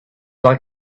like